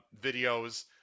videos